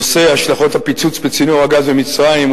נושא השלכות הפיצוץ בצינור הגז במצרים,